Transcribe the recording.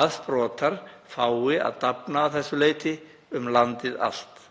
að sprotar fái að dafna að þessu leyti um landið allt.